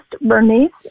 Bernice